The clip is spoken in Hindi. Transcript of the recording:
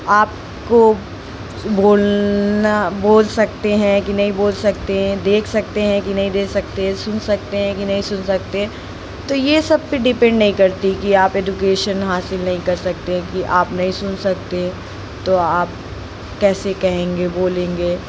आप को बोलना बोल सकते हैं की नहीं बोल सकते देख सकते हैं कि नहीं देख सकते सुन सकते हैं कि नहीं सुन सकते तो ये सब पे डिपेन्ड नहीं करती कि आप एदुकेशन हासिल नहीं कर सकते हैं कि आप नहीं सुन सकते तो आप कैसे कहेंगे बोलेंगे